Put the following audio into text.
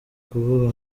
kuvuga